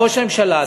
ראש הממשלה,